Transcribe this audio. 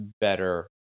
better